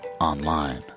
online